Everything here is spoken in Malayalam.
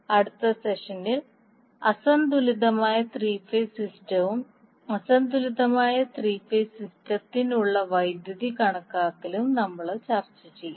അടുത്ത സെഷനിൽ അസന്തുലിതമായ ത്രീ ഫേസ് സിസ്റ്റവും അസന്തുലിതമായ ത്രീ ഫേസ് സിസ്റ്റത്തിനുള്ള വൈദ്യുതി കണക്കാക്കലും നമ്മൾ ചർച്ച ചെയ്യും